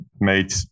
made